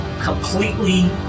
completely